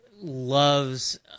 loves